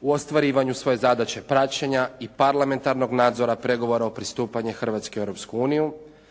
u ostvarivanju svoje zadaće praćenja i parlamentarnog nadzora pregovora o pristupanju Hrvatske u